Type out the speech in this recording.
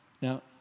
Now